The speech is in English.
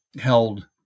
held